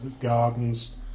Gardens